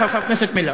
חבר הכנסת מילר,